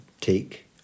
take